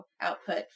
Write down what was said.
output